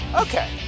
Okay